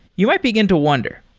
you might begin to wonder,